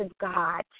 God